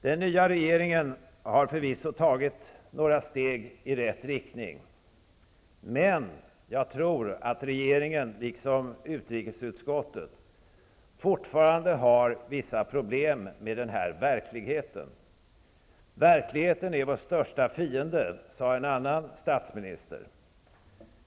Den nya regeringen har förvisso tagit några steg i rätt riktning. Men jag tror att regeringen liksom utrikesutskottet fortfarande har vissa problem med denna verklighet. Verkligheten är vår största fiende, sade en annan statsminister.